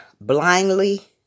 blindly